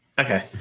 Okay